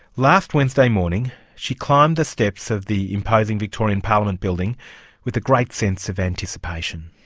last wednesday morning she climbed the steps of the imposing victorian parliament building with a great sense of anticipation.